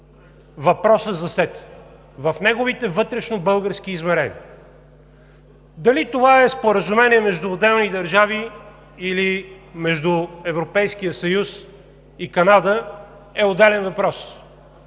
въпросът за СЕТА в неговите вътрешнобългарски измерения. Дали това е споразумение между отделни държави или между Европейския съюз и Канада, е отделен въпрос.